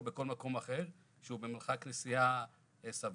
בכל מקום אחר שהוא במרחק נסיעה סביר.